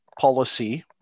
policy